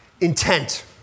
intent